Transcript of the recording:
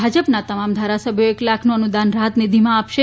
ભાજપના તમામ ધારાસભ્યો એક લાખનું અનુદાન રાહત નિધિમાં આપશે